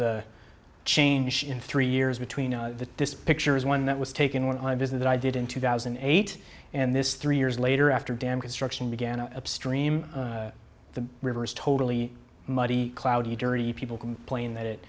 the change in three years between this picture is one that was taken when i visit i did in two thousand and eight and this three years later after dam construction began a stream the river is totally muddy cloudy dirty people complained that it